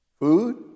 food